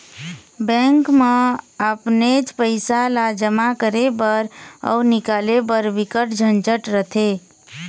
bank म अपनेच पइसा ल जमा करे बर अउ निकाले बर बिकट झंझट रथे